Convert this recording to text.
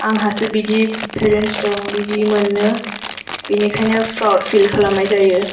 आंहासो बिदि पेरेन्स दं बिदि मोनो बिनिखायनो प्राउड फिल खालामनाय जायो